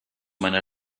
meiner